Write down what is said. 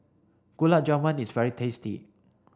Gulab Jamun is very tasty